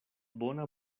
bona